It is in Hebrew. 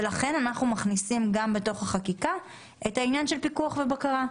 ולכן אנחנו מכניסים גם בתוך החקיקה את העניין של פיקוח ובקרה.